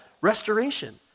restoration